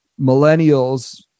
millennials